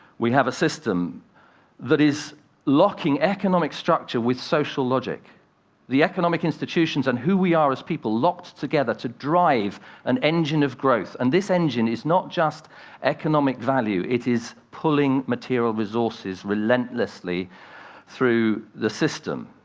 we have a system that is locking economic structure with social logic the economic institutions, and who we are as people, locked together to drive an engine of growth. and this engine is not just economic value it is pulling material resources relentlessly through the system,